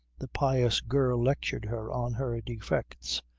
the pious girl lectured her on her defects,